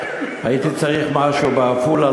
הייתי צריך משהו בעפולה,